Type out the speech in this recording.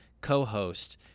co-host